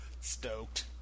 stoked